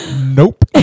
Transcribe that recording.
Nope